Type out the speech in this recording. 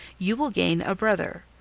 you will gain a brother,